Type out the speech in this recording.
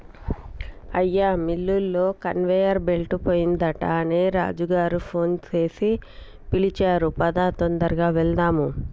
అయ్యా మిల్లులో conveyor belt పోయిందట అని రాజు గారు ఫోన్ సేసి పిలిచారు పదా తొందరగా వెళ్దాము